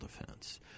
defense